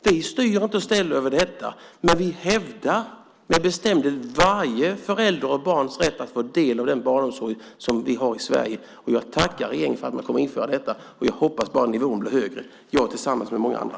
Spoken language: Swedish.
Vi styr inte och ställer över detta, men vi hävdar med bestämdhet varje förälders och barns rätt att få del av den barnomsorg som vi har i Sverige. Jag tackar regeringen för att man kommer att införa detta. Jag hoppas bara att nivån blir högre - jag tillsammans med många andra.